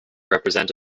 represent